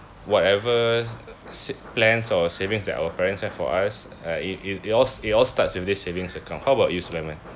whatever sa~ plans or savings that our parents have for us uh it it all it all starts with this savings account how about you sulaiman